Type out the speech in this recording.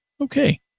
Okay